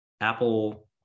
apple